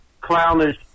clownish